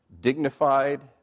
Dignified